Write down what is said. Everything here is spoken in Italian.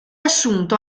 assunto